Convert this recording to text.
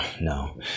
No